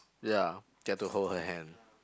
ya get to hold her hand